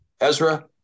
Ezra